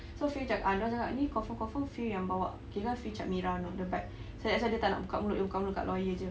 so fir cakap ah dia orang cakap ini confirm confirm fir yang bawah kirakan fir cap merah you know the bike so that's why dia tak nak buka mulut dia buka mulut kat lawyer jer